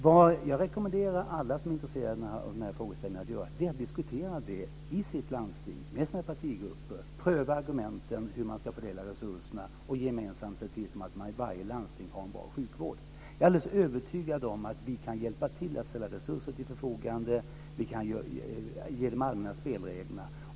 Vad jag rekommenderar alla som är intresserade av de här frågeställningarna att göra är att diskutera dem med sina partigrupper i sina landsting. Där kan man pröva argumenten om hur man ska fördela resurserna och gemensamt se till att man i varje lansting har en bra sjukvård. Jag är alldeles övertygad om att vi kan hjälpa till att ställa resurser till förfogande. Vi kan ge de allmänna spelreglerna.